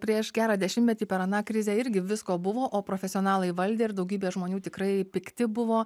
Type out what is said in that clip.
prieš gerą dešimtmetį per aną krizę irgi visko buvo o profesionalai valdė ir daugybė žmonių tikrai pikti buvo